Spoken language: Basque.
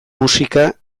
musika